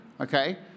Okay